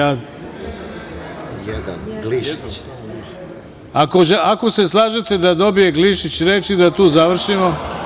Ako se slažete da dobije Glišić reč i da tu završimo?